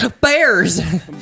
Bears